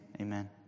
amen